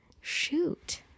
Shoot